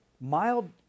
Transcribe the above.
Mild